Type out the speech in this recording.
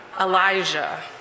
Elijah